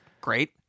Great